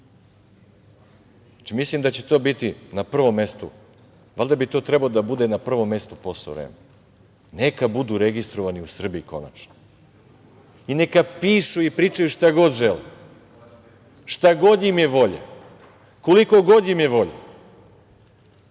mislim da će to biti na prvom mestu, valjda bi to trebalo da bude na prvom mestu posao REM-a. Neka budu registrovani u Srbiji, konačno, i neka pišu i pričaju šta god žele, šta god im je volja, koliko god im je volja.